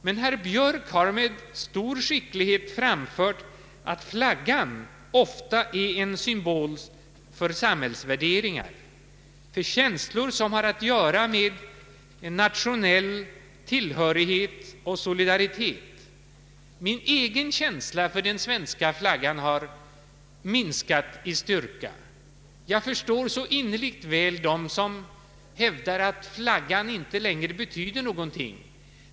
Men herr Björk har med stor skicklighet framhållit att flaggan ofta är en symbol för samhällsvärderingar och för känslor som har att göra med en nationell tillhörighet och solidaritet. Min egen känsla för den svenska flaggan har minskat i styrka. Jag förstår dem som hävdar att flaggan inte längre betyder någonting.